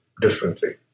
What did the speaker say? differently